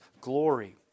glory